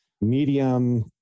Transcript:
medium